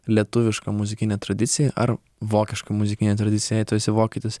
lietuviška muzikinė tradicija ar vokiška muzikinė tradicija jei tu esi vokietis